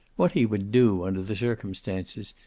what he would do, under the circumstances,